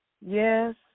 Yes